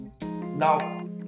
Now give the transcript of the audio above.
now